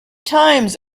times